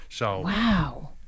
Wow